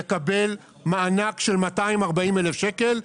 יקבל מענק של 240,000 ₪,